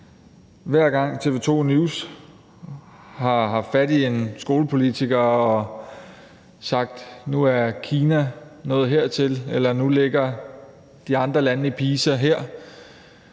hver gang TV 2 News har haft fat i en skolepolitiker og sagt, at nu er Kina nået hertil eller nu ligger de andre lande i PISA her